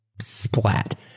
splat